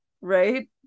right